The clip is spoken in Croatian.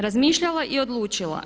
Razmišljala i odlučila.